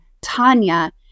Tanya